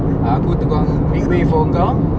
aku tukang make way for engkau